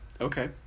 Okay